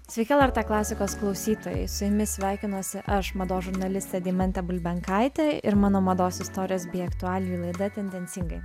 sveiki lrt klasikos klausytojai su jumis sveikinuosi aš mados žurnalistė deimantė bulbenkaitė ir mano mados istorijos bei aktualijų laida tendencingai